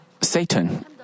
Satan